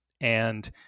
And-